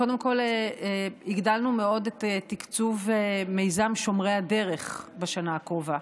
קודם כול הגדלנו מאוד את תקצוב מיזם "שומרי הדרך" בשנה הקרובה,